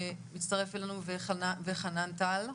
שהצטרף אלינו ולחנן טל.